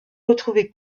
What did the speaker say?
retrouver